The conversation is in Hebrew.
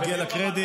מגיע לה קרדיט.